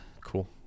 Cool